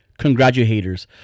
Congratulators